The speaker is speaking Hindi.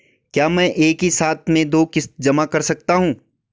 क्या मैं एक ही साथ में दो किश्त जमा कर सकता हूँ?